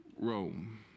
Rome